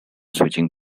switching